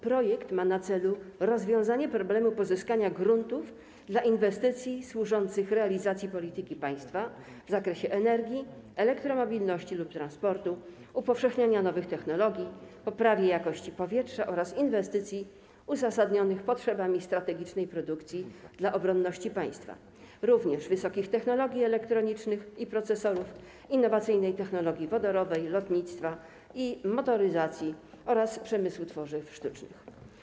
Projekt ma na celu rozwiązanie problemu pozyskania gruntów na potrzeby inwestycji służących realizacji polityki państwa w zakresie energii, elektromobilności lub transportu, upowszechnienia nowych technologii, poprawy jakości powietrza oraz inwestycji uzasadnionych potrzebami strategicznej produkcji dla obronności państwa, wysokich technologii elektronicznych i procesorów, innowacyjnej technologii wodorowej, lotnictwa i motoryzacji oraz przemysłu tworzyw sztucznych.